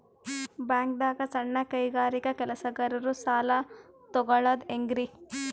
ಬ್ಯಾಂಕ್ದಾಗ ಸಣ್ಣ ಕೈಗಾರಿಕಾ ಕೆಲಸಗಾರರು ಸಾಲ ತಗೊಳದ್ ಹೇಂಗ್ರಿ?